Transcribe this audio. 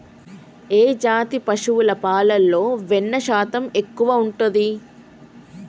ఏ జాతి పశువుల పాలలో వెన్నె శాతం ఎక్కువ ఉంటది?